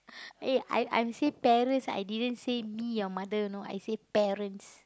eh I I'm say parents I didn't say me your mother you know I say parents